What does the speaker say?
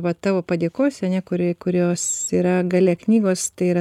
va tavo padėkose ane kuri kurios yra gale knygos tai yra